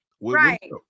right